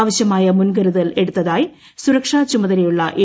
ആവശ്യമായ ്യൂൻ്കരുതൽ എടുത്തതായി സുരക്ഷാ ചുമതലയുള്ള എ